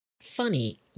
Funny